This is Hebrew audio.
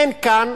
אין כאן,